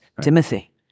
Timothy